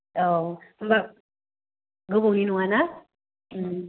औ होनबा गोबावनि नङा ना